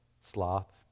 sloth